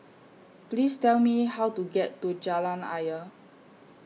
Please Tell Me How to get to Jalan Ayer